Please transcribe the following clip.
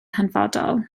hanfodol